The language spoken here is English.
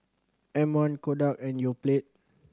M One Kodak and Yoplait